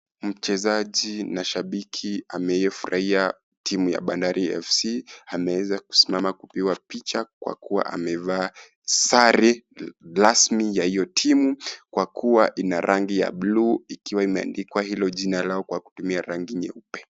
Mchezaji na shabiki ameifurahia timu ya Bandari F.C ameweza kusimama kupigwa picha kwa kuwa amevaa sare rasmi ya hiyo timu kwa kuwa ina rangi ya blu ikiwa imeandikwa hilo jina lao kwa kutumia rangi nyeupe.